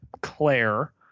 Claire